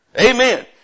Amen